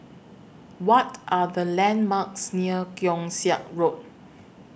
What Are The landmarks near Keong Saik Road